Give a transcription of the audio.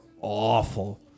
awful